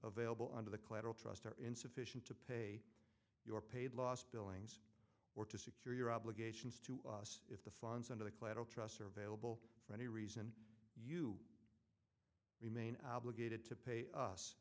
available under the collateral trust are insufficient to pay your paid loss billings or to secure your obligations to us if the funds under the collateral trusts are available for any reason you remain obligated to pay us